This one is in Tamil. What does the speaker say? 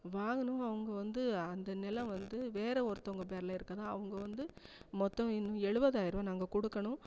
வாங்கினமே அவங்க வந்து அந்த நிலம் வந்து வேறு ஒருத்தவங்கள் பேரில் இருக்கறதா அவங்க வந்து மொத்தம் இன்னும் எழுவதாயிர ருபா நாங்கள் கொடுக்கணும்